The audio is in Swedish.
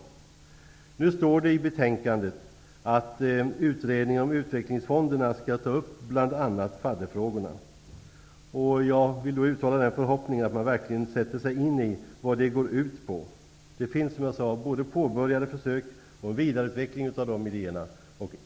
Det hänvisas i betänkandet till att utredningen om utvecklingsfonderna skall ta upp bl.a. fadderfrågorna. Jag vill uttala den förhoppningen att den verkligen sätter sig in i vad det här är fråga om. Det har, som jag sade, redan påbörjats försök till vidareutveckling av dessa idéer.